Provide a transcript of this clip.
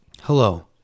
Hello